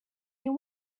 you